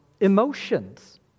emotions